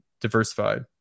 diversified